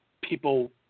people